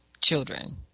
children